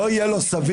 כן.